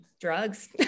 drugs